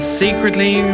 secretly